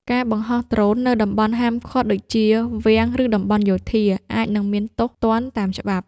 ការបង្ហោះដ្រូននៅតំបន់ហាមឃាត់ដូចជា វាំង ឬតំបន់យោធា អាចនឹងមានទោសទណ្ឌតាមច្បាប់។